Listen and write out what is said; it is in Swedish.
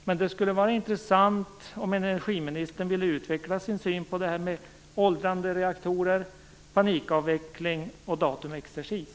Men det skulle vara intressant om energiministern ville utveckla sin syn på det här med åldrande reaktorer, panikavveckling och datumexercis.